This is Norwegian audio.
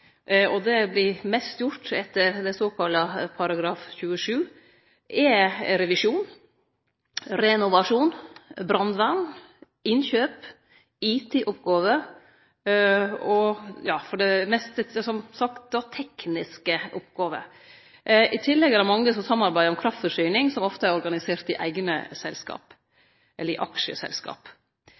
og det blir mest gjort etter § 27, er revisjon, renovasjon, brannvern, innkjøp, IT-oppgåver – som sagt, for det meste tekniske oppgåver. I tillegg er det mange som samarbeider om kraftforsyning, som ofte er organisert i eigne selskap eller i aksjeselskap.